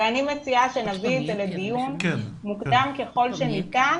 ואני מציעה שנביא את זה לדיון מוקדם ככל שניתן.